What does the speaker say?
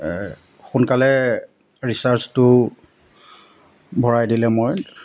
এই সোনকালে ৰিচাৰ্জটো ভৰাই দিলে মই